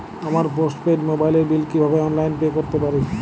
আমার postpaid মোবাইলের bill কীভাবে অনলাইনে পে করতে পারি?